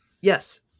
Yes